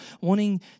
wanting